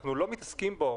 שאנחנו לא מתעסקים בו.